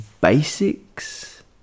basics